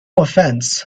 offense